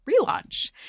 relaunch